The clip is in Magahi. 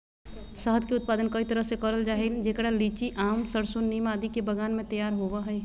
शहद के उत्पादन कई तरह से करल जा हई, जेकरा लीची, आम, सरसो, नीम आदि के बगान मे तैयार होव हई